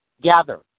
gather